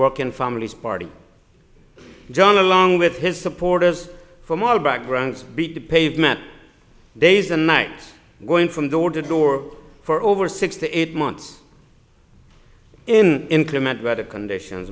working families party john along with his supporters from all backgrounds beat the pavement days and night going from door to door for over six to eight months in inclement weather conditions